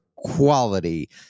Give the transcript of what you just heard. Quality